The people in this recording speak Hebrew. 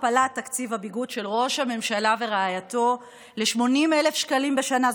הכפלת תקציב הביגוד של ראש הממשלה ורעייתו ל-80,000 שקלים בשנה.